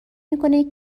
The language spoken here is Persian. میکنه